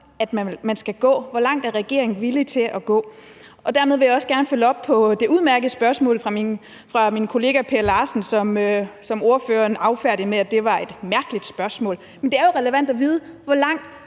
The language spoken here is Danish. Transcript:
man skal gå. Hvor langt er regeringen villig til at gå? Og dermed vil jeg også gerne følge op på det udmærkede spørgsmål fra min kollega hr. Per Larsen, som ordføreren affærdigede ved at sige, at det var et mærkeligt spørgsmål. Men det er jo relevant at vide: Hvor langt